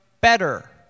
better